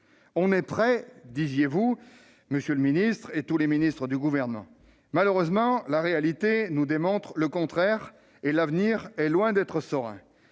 On est prêts », disiez-vous, monsieur le secrétaire d'État, avec tous les autres membres du Gouvernement. Malheureusement, la réalité nous montre le contraire : l'avenir est loin d'être serein.